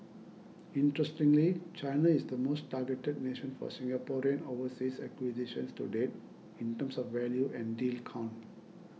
interestingly China is the most targeted nation for Singaporean overseas acquisitions to date in terms of value and deal count